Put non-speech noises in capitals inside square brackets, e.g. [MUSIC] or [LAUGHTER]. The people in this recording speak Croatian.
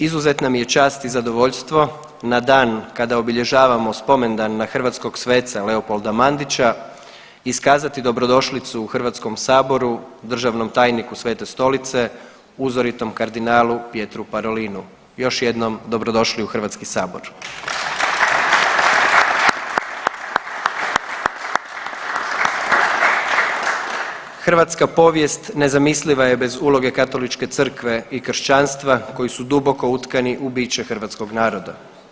Izuzetna mi je čast i zadovoljstvo na dan kada obilježavamo Spomendan na hrvatskog sveca Leopolda Mandića iskazati dobrodošlicu u HS-u državnom tajniku Svete Stolice uzoritom kardinalu Pietru Parloinu, još jednom dobrodošli u HS. [APPLAUSE] Hrvatska povijest nezamisliva je bez uloge Katoličke Crkve i kršćanstva koji su duboko utkani u biće hrvatskog naroda.